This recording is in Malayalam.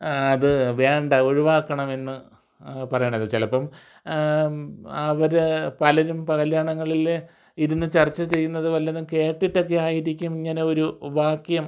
അത് വേണ്ട ഒഴിവാക്കണം എന്ന് പറയുന്നത് ചിലപ്പം അവർ പലരും കല്യാണങ്ങളിൽ ഇരുന്ന് ചർച്ച ചെയ്യുന്നത് വല്ലതും കേട്ടിട്ടൊക്കെ ആയിരിക്കും ഇങ്ങനെ ഒരു വാക്യം